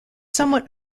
somewhat